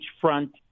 front